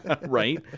Right